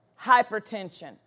hypertension